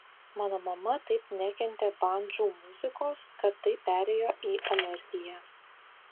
mano mama taip nekentė bandžų muzikos kad tai perėjo į alergiją